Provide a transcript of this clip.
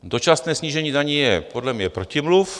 Dočasné snížení daní je podle mě protimluv.